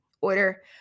order